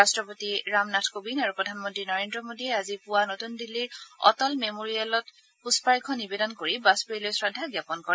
ৰাট্টপতি ৰামনাথ কবিন্দ আৰু প্ৰধানমন্ত্ৰী নৰেন্দ্ৰ মোদীয়ে আজি পুৱা নতুন দিল্লীৰ সদৈৱ অটল মেমৰিয়েলত পুষ্পাৰ্ঘ্য নিৱেদন কৰি বাজপেয়ীলৈ শ্ৰদ্ধা জ্ঞাপন কৰে